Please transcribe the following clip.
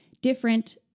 different